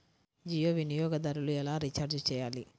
జియో వినియోగదారులు ఎలా రీఛార్జ్ చేయాలి?